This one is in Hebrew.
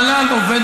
הפתרון הוא קונקרטי.